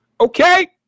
Okay